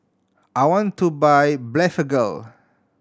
I want to buy Blephagel